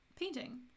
painting